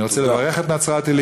אני רוצה לברך את נצרת-עילית,